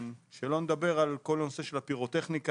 שלא לדבר על כל הנושא של הפירוטכניקה